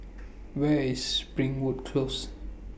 Where IS Springwood Close